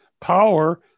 power